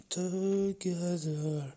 together